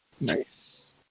Nice